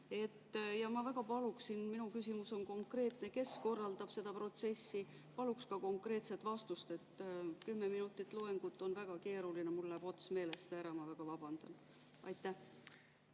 kõiki muid asju. Minu küsimus on konkreetne: kes korraldab seda protsessi? Paluksin konkreetset vastust. Kümme minutit loengut on väga keeruline, mul läheb ots meelest ära, ma väga vabandan. Aitäh!